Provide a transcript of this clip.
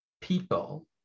people